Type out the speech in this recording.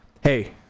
hey